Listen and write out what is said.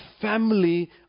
family